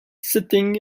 setting